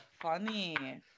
Funny